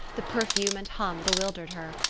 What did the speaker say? the perfume and hum bewildered her.